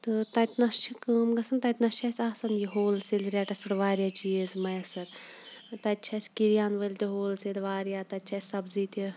تہٕ تَتہِ نَس چھِ کٲم گژھان تَتہِ نَس چھِ اَسہِ آسان یہِ ہول سیل ریٹَس پٮ۪ٹھ واریاہ چیٖز میسر تَتہِ چھِ اَسہِ کِریان وٲلۍ تہِ ہول سیل واریاہ تَتہِ چھِ اَسہِ سبزی تہِ